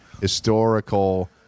historical